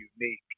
unique